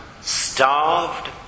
starved